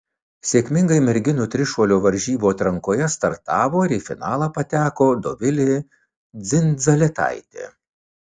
sėkmingai merginų trišuolio varžybų atrankoje startavo ir į finalą pateko dovilė dzindzaletaitė